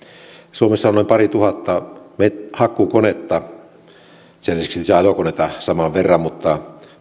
suomessa on noin parituhatta hakkuukonetta sen lisäksi ajokoneita saman verran mutta